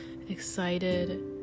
Excited